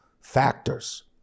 factors